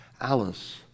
Alice